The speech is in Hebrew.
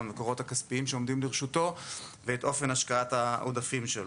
המקורות הכספיים שעומדים לרשותו ואת אופן השקעת העודפים שלו.